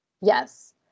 Yes